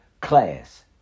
Class